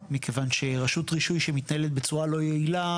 מכיוון שרשות רישוי שמתנהלת בצורה לא יעילה,